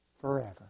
Forever